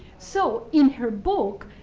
so in her book,